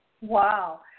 Wow